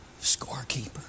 scorekeeper